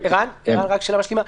רק שאלה משלימה.